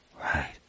right